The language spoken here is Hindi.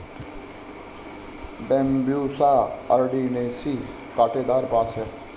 बैम्ब्यूसा अरंडिनेसी काँटेदार बाँस है